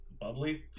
bubbly